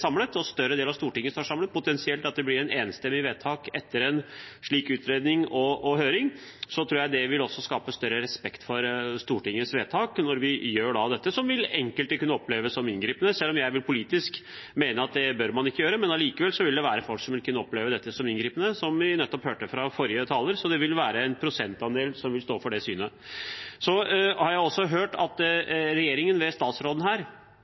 samlet – at en større del av Stortinget står samlet, potensielt at det blir et enstemmig vedtak etter en slik utredning og høring, tror jeg det vil skape større respekt for Stortingets vedtak når vi gjør dette som enkelte vil kunne oppleve som inngripende. Politisk vil jeg mene at man ikke bør oppleve det slik, men det vil likevel være folk som vil kunne oppleve dette som inngripende, noe vi nettopp hørte av forrige taler. Det vil være en prosentandel som vil stå for det synet. Jeg har også hørt at regjeringen, ved statsråden her,